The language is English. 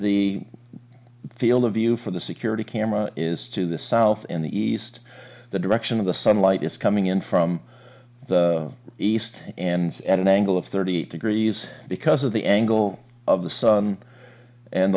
the field of view for the security camera is to the south and the east the direction of the sunlight is coming in from the east and at an angle of thirty degrees because of the angle of the sun and